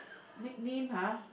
nick name ha